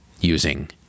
using